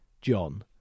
John